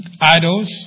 idols